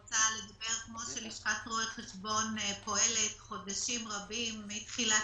לשכת רואי חשבון פועלת חודשים רבים מתחילת